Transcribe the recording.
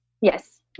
Yes